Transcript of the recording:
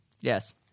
Yes